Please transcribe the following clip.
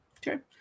Sure